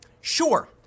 Sure